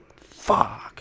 Fuck